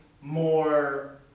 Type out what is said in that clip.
more